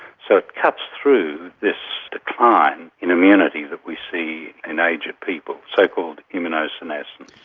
so cuts through this decline in immunity that we see in aged people, so-called immunosenescence.